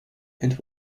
and